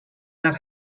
not